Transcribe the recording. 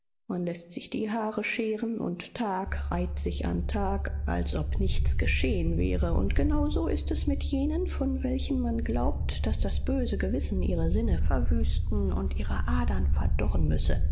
man läßt sich die haare scheren und tag reiht sich an tag als ob nichts geschehen wäre und genau so ist es mit jenen von welchen man glaubt daß das böse gewissen ihre sinne verwüsten und ihre adern verdorren müsse